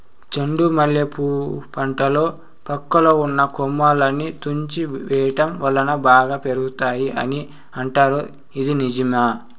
చెండు మల్లె పూల పంటలో పక్కలో ఉన్న కొమ్మలని తుంచి వేయటం వలన బాగా పెరుగుతాయి అని అంటారు ఇది నిజమా?